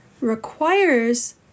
requires